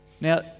Now